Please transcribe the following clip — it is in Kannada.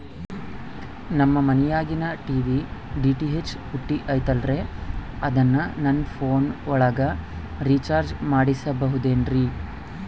ನಮ್ಮ ಮನಿಯಾಗಿನ ಟಿ.ವಿ ಡಿ.ಟಿ.ಹೆಚ್ ಪುಟ್ಟಿ ಐತಲ್ರೇ ಅದನ್ನ ನನ್ನ ಪೋನ್ ಒಳಗ ರೇಚಾರ್ಜ ಮಾಡಸಿಬಹುದೇನ್ರಿ?